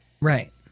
Right